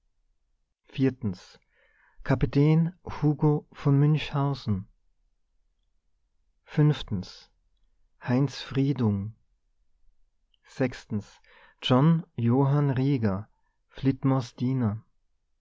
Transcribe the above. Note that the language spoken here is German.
kapitän hugo von münchhausen heinz friedung john johann rieger flitmores diener